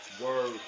Word